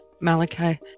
Malachi